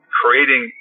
creating